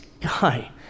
guy